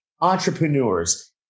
Entrepreneurs